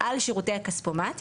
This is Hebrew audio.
על שירותי הכספומט,